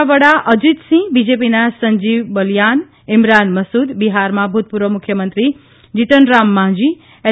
ના વડા અજીત સિંહ બીજેપીના સંજીવ બલયાન ઇમરાન મસુદ બિહારમાં ભૂતપૂર્વ મુખ્યમંત્રી જીતનરામ માંઝી એલ